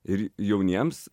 ir jauniems